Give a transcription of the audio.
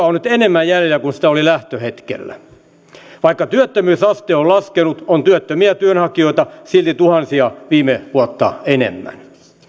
on nyt enemmän jäljellä kuin sitä oli lähtöhetkellä vaikka työttömyysaste on laskenut on työttömiä työnhakijoita silti tuhansia viime vuotta enemmän